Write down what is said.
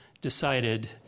decided